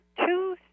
two